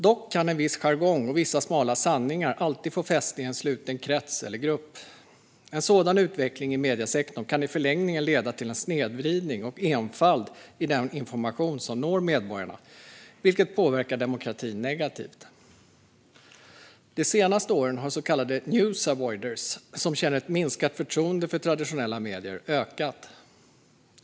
Dock kan en viss jargong och vissa smala sanningar alltid få fäste i en sluten krets eller grupp. En sådan utveckling i mediesektorn kan i förlängningen leda till en snedvridning och enfald i den information som når medborgarna, vilket påverkar demokratin negativt. De senaste åren har antalet så kallade news avoiders, som känner ett minskat förtroende för traditionella medier, ökat.